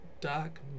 dark